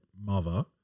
mother